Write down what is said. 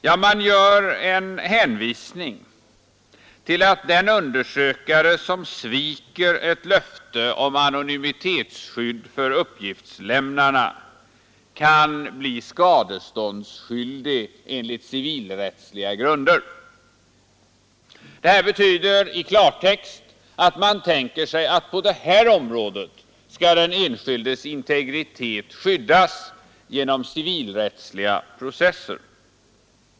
Ja, man gör en hänvisning till att den undersökare som sviker ett löfte om anonymitetsskydd för uppgiftslämnarna kan bli skadeståndsskyldig enligt civilrättsliga regler. Det här betyder i klartext att man tänker sig att på detta område skall den Nr 119 enskildes integritet skyddas genom civilrättsliga processer.